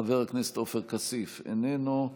חבר הכנסת עופר כסיף, איננו,